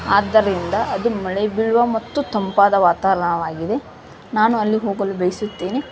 ಆದ್ದರಿಂದ ಅದು ಮಳೆ ಬೀಳುವ ಮತ್ತು ತಂಪಾದ ವಾತವರಣವಾಗಿದೆ ನಾನು ಅಲ್ಲಿ ಹೋಗಲು ಬಯಸುತ್ತೇನೆ